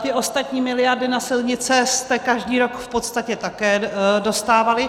Ty ostatní miliardy na silnice jste každý rok v podstatě také dostávali.